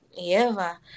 Eva